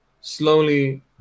slowly